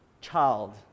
child